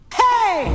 hey